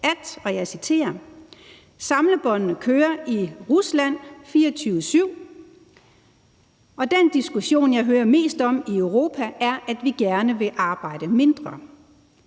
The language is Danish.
Samlebåndene kører i Rusland 24-7, og den diskussion, jeg hører mest om i Europa, er, at vi gerne vil arbejde mindre.